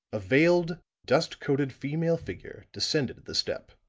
a veiled, dust-coated female figure descended the step